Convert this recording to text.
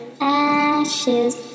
ashes